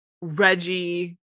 Reggie